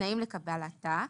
התנאים לקבלתה,